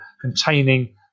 containing